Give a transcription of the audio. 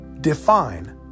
define